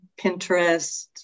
Pinterest